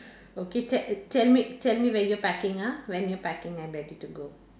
okay te~ tell me tell me when you're packing ah when you're packing and ready to go